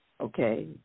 Okay